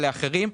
לאחרים,